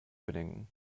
bedenken